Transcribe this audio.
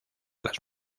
las